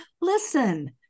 Listen